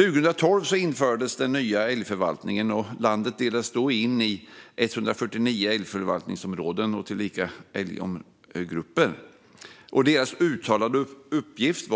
År 2012 infördes den nya älgförvaltningen. Landet delades då in i 149 älgförvaltningsområden tillika älgförvaltningsgrupper. Deras uttalade uppgift